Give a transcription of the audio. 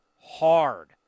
hard